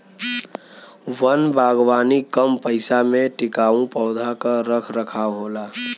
वन बागवानी कम पइसा में टिकाऊ पौधा क रख रखाव होला